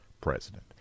president